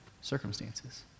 circumstances